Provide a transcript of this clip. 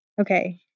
Okay